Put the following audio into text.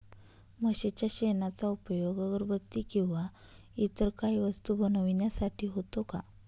म्हशीच्या शेणाचा उपयोग अगरबत्ती किंवा इतर काही वस्तू बनविण्यासाठी होतो का?